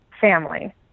family